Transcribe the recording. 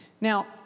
Now